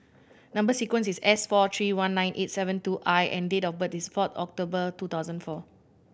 number sequence is S four three one nine eight seven two I and date of birth is fourth October two thousand four